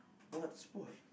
what sport